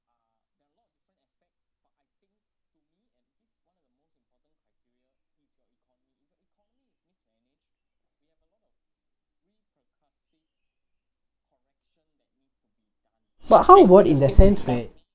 but how was in that sense where